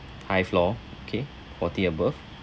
high floor okay forty above